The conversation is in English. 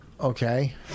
Okay